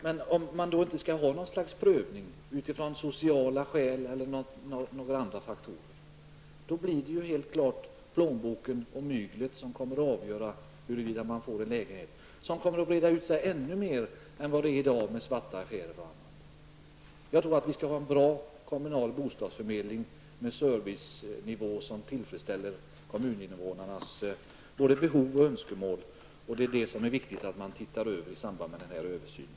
Men om man inte skall ha någon prövning utifrån sociala skäl eller andra skäl, då blir det helt klart plånboken och myglet som avgör huruvida man får en lägenhet och verksamheten med svarta affärer kommer att breda ut sig ännu mer än i dag. Vi skall ha en bra kommunal bostadsförmedling, med en servicenivå som tillfredsställer både kommuninvånarnas behov och deras önskemål. Denna fråga är viktig att se över i samband med översynen.